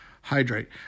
hydrate